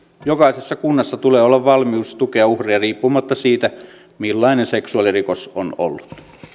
jokaisessa kunnassa tulee olla valmius tukea uhria riippumatta siitä millainen seksuaalirikos on ollut